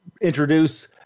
introduce